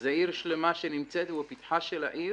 זה עיר שלמה שנמצאת בפתחה של העיר,